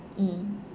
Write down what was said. mm